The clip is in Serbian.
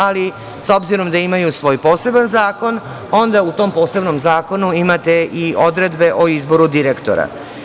Ali, s obzirom da imaju svoj poseban zakon, onda u tom posebnom zakonu imate i odredbe o izboru direktora.